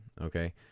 okay